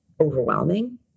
overwhelming